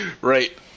right